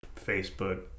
Facebook